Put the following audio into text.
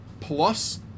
plus